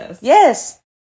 Yes